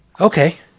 okay